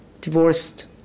divorced